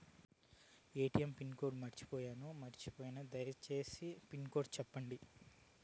ATM pin code మర్చిపోయాను పోయాను దయసేసి పిన్ కోడ్ సెప్పండి?